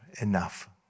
enough